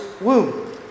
womb